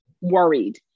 worried